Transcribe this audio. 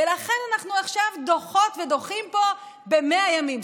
ולכן אנחנו עכשיו דוחות ודוחים פה ב-100 ימים,